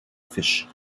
fisch